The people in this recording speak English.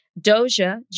Doja